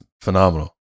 phenomenal